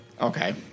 Okay